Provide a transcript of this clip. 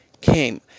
came